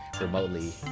remotely